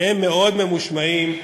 הם מאוד ממושמעים,